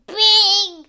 big